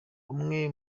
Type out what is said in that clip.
umwe